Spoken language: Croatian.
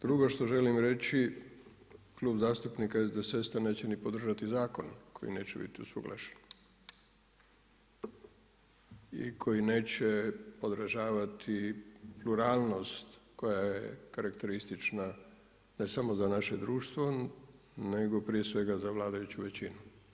Drugo što želim reći, Klub zastupnika SDSS-a neće podržati ni zakon koji neće biti usuglašen i koji neće odražavati pluralnost koja je karakteristična ne samo za naše društvo nego prije svega za vladajuću većinu.